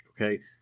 Okay